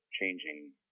changing